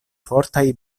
fortaj